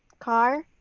carr,